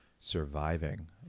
surviving